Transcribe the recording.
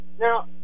now